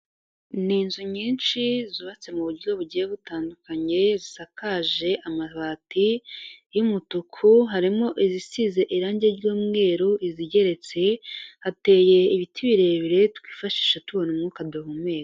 Ni inzu nyinshi zubatse mu buryo bugiye butandukanye zisakaje amabati y'umutuku, harimo izisize irange ry'umweru, izigeretse. Hateye ibiti birebire twifashisha tubona umwuka duhumeka.